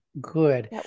good